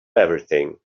everything